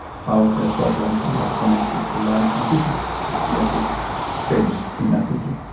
how their problems are connected to life. and this would be a big change in attitude.